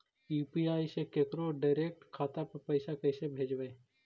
UPI से केकरो direct खाता पर पैसा कैसे भेजबै?